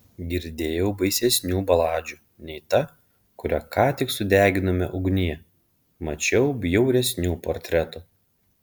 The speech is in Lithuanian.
girdėjau baisesnių baladžių nei ta kurią ką tik sudeginome ugnyje mačiau bjauresnių portretų